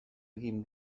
egin